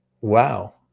wow